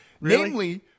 namely